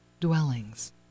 dwellings